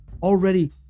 already